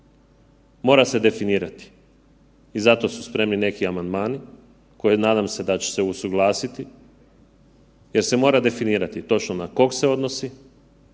Mora se definirati i zato su spremni neki amandmani koje nadam se da će se usuglasiti jer se mora definirati točno na kog se odnosi,